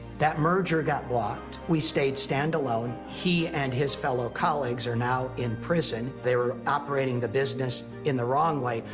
that merger got blocked. we stayed stand-alone. he and his fellow colleagues are now in prison. they were operating the business in the wrong way,